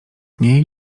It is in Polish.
niej